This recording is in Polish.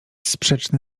sprzeczne